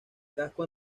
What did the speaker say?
casco